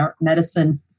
medicine